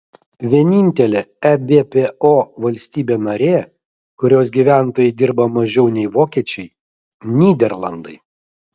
vienintelė ebpo valstybė narė kurios gyventojai dirba mažiau nei vokiečiai nyderlandai